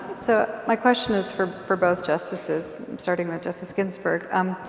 so my question is for for both justices. starting with justice ginsberg,